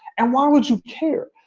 and why would you care?